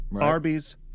Arby's